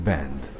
Band